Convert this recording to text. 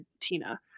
Tina